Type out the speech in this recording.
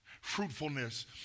Fruitfulness